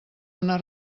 una